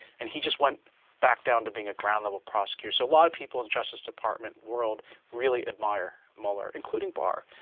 and he just went back down to being a ground level prosecutor, so a lot of people in the justice department world really admire mueller, including barr.